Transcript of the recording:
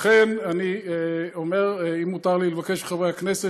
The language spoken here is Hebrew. לכן, אני אומר, אם מותר לי לבקש מחברי הכנסת,